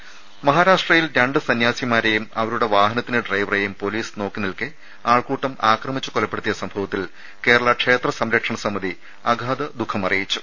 ദുദ മഹാരാഷ്ട്രയിൽ രണ്ട് സന്യാസിമാരെയും അവരുടെ വാഹനത്തിന്റെ ഡ്രൈവറെയും പൊലീസ് നോക്കിനിൽക്കെ ആൾക്കൂട്ടം ആക്രമിച്ച് കൊലപ്പെടുത്തിയ സംഭവത്തിൽ കേരള ക്ഷേത്ര സംരക്ഷണ സമിതി അഗാധ ദുഃഖം അറിയിച്ചു